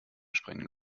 springen